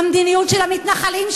למדיניות של המתנחלים,